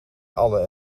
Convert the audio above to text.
alle